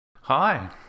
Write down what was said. Hi